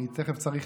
אני תכף צריך,